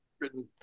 written